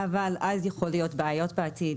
אבל אז יכולות להיות בעיות בעתיד.